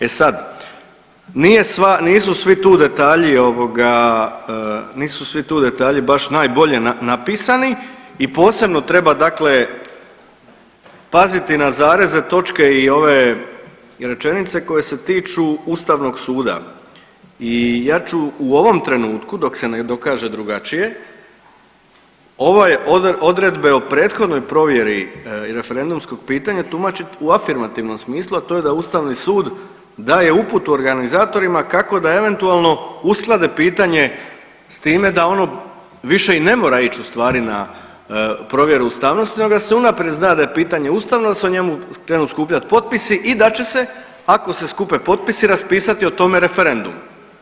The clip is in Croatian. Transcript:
E sad, nije sva, nisu svi tu detalji ovoga, nisu svi tu detalji baš najbolje napisani i posebno treba dakle paziti na zareze, točke i ove rečenice koje se tiču Ustavnog suda i ja ću u ovom trenutku dok se ne dokaže drugačije, ove odredbe o prethodnoj provjeri i referendumskog pitanja tumačiti u afirmativnom smislu, a to je da Ustavni sud daje uputu organizatorima kako da eventualno usklade pitanje s time da ono više i ne mora ić ustvari na provjeru ustavnosti nego da se unaprijed zna da je pitanje ustavno i da se o njemu krenu skupljati potpisi i da će se ako se skupe potpisi raspisati o tome referendum.